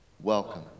Welcome